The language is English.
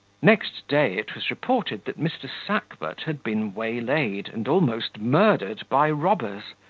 next day it was reported that mr. sackbut had been waylaid and almost murdered by robbers,